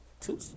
Two